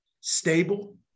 stable